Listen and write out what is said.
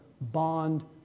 bond